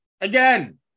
again